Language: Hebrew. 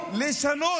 חמתך,